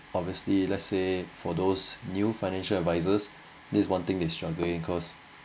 obviously let's say for those new financial advisors this is one thing they struggle in cause